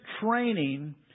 training